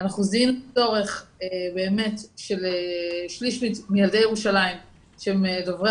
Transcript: אנחנו זיהינו צורך באמת של שליש מילדי ירושלים שהם דוברי